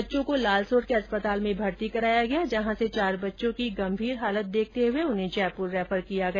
बच्चों को लालसोट के अस्पताल में भर्ती कराया गया जहां से चार बच्चों की गंभीर हालत देखते हुए जयपुर रैफर किया गया